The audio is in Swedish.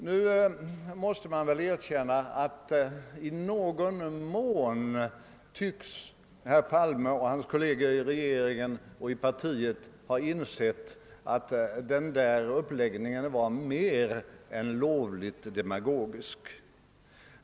Nu måste jag erkänna att i någon mån tycks herr Palme och hans kolleger i regeringen och i partiet ha insett att denna uppläggning var mer än lovligt demagogisk.